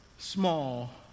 small